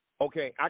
Okay